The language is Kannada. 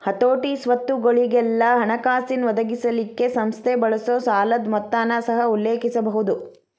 ಹತೋಟಿ, ಸ್ವತ್ತುಗೊಳಿಗೆಲ್ಲಾ ಹಣಕಾಸಿನ್ ಒದಗಿಸಲಿಕ್ಕೆ ಸಂಸ್ಥೆ ಬಳಸೊ ಸಾಲದ್ ಮೊತ್ತನ ಸಹ ಉಲ್ಲೇಖಿಸಬಹುದು